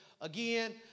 again